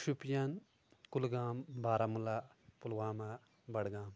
Shopian Kulgam Baramulla Pulwama Budgam